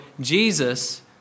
Jesus